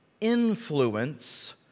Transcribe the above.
influence